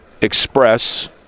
express